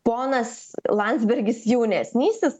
ponas landsbergis jaunesnysis